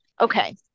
okay